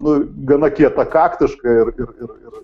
nu gana kietakaktiška ir ir